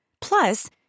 Plus